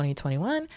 2021